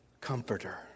comforter